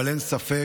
אבל אין ספק